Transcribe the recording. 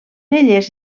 elles